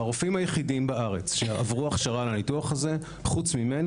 הרופאים היחידים בארץ שעברו הכשרה לניתוח הזה חוץ ממני